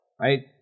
right